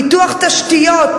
פיתוח תשתיות,